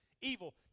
evil